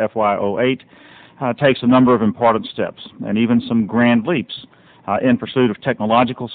f y o eight takes a number of important steps and even some grand leaps in pursuit of technological